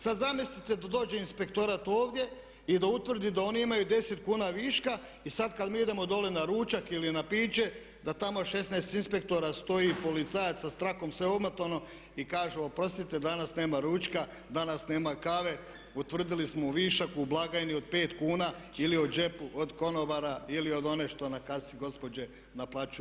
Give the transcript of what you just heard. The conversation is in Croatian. Sad zamislite da dođe inspektorat ovdje i da utvrdi da oni imaju 10 kuna viška i sad kad mi idemo dole na ručak ili na piće da tamo 16 inspektora stoji i policajaca sa trakom sve omotano i kažu oprostite danas nema ručka, danas nema kave utvrdili smo višak u blagajni od 5 kuna ili u džepu od konobara ili od one što na kasi, gospođe naplaćuj nam.